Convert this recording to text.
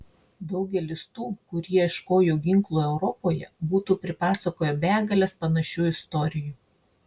daugelis tų kurie ieškojo ginklų europoje būtų pripasakoję begales panašių istorijų